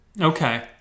Okay